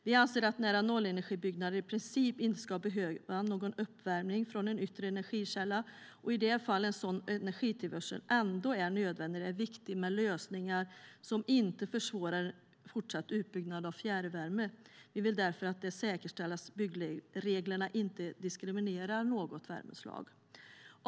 Vi anser att nära-nollenergibyggnader i princip inte ska behöva någon uppvärmning från en yttre energikälla. I de fall en sådan energitillförsel ändå är nödvändig är det viktigt med lösningar som inte försvårar en fortsatt utbyggnad av fjärrvärme. Vi vill därför att det säkerställs att byggreglerna inte diskriminerar något värmeslag.